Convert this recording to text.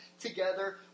together